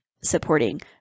supporting